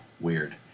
weird